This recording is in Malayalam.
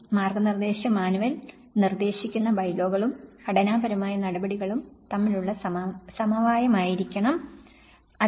മാർഗ്ഗനിർദ്ദേശ മാനുവൽ നിർദ്ദേശിക്കുന്ന ബൈലോകളും ഘടനാപരമായ നടപടികളും തമ്മിലുള്ള സമവായമായിരിക്കണം അത്